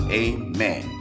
amen